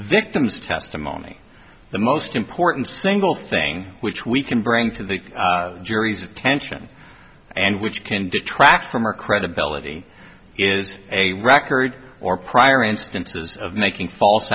victim's testimony the most important single thing which we can bring to the jury's attention and which can detract from our credibility is a record or prior instances of making false